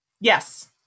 Yes